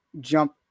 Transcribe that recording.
jump